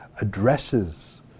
addresses